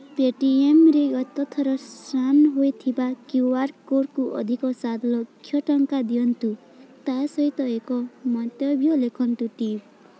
ପେଟିଏମ୍ରେ ଗତଥର ସ୍କାନ୍ ହୋଇଥିବା କ୍ୟୁ ଆର୍ କୋଡ଼୍କୁ ଅଧିକ ସାତଲକ୍ଷ ଟଙ୍କା ଦିଅନ୍ତୁ ତା'ସହିତ ଏକ ମନ୍ତବ୍ୟ ଲେଖନ୍ତୁ ଟିପ୍